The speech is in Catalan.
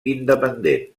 independent